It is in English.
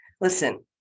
listen